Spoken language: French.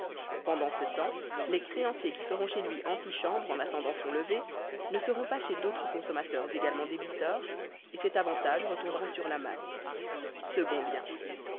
pendant ce temps les créanciers qui feront chez lui antichambre en attendant son lever ne seront pas chez d'autres consommateurs également débiteurs et cet avantage retombera sur la masse second bien